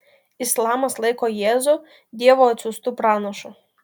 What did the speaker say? islamas laiko jėzų dievo atsiųstu pranašu